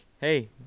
hey